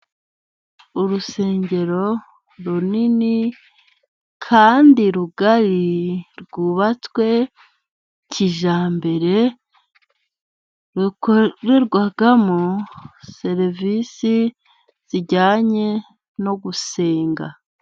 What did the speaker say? Urusengero runini, kandi rugari, rwubatswe kijyambere, rukorerwamo serivisi zijyanye no gusenga.